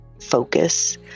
focus